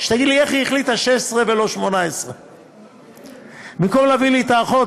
שתגיד לי איך היא החליטה 16 ולא 18. במקום להביא לי את האחות,